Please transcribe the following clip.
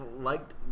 liked